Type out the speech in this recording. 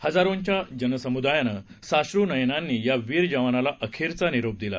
हजारोंच्या जनसमुदायानं साश्र नयनांनी या वीर जवानाला अखेरचा निरोप दिला